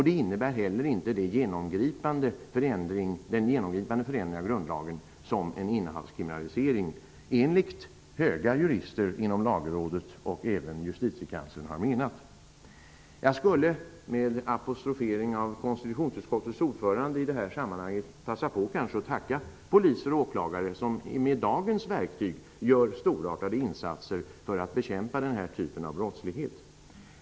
Det innebär inte heller den genomgripande förändring av grundlagen som en innehavskriminalisering, enligt vad höga jurister inom Lagrådet och även justitiekanslern har menat, skulle medföra. Jag skulle med apostrofering av konstitutionsutskottets ordförande i detta sammanhang kanske passa på att tacka poliser och åklagare som med dagens verktyg gör storartade insatser för att bekämpa denna typ av brottslighet.